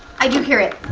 i do hear it,